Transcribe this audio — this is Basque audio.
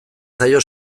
zaio